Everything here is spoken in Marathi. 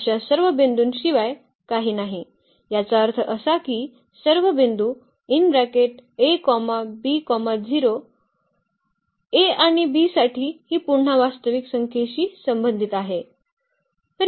अशा सर्व बिंदूंशिवाय काही नाही याचा अर्थ असा की सर्व बिंदू a आणि b साठी ही पुन्हा वास्तविक संख्येशी संबंधित आहे